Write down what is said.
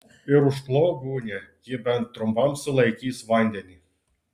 ir užklok gūnia ji bent trumpam sulaikys vandenį